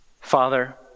Father